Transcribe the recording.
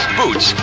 boots